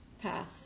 path